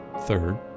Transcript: third